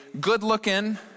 good-looking